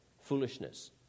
foolishness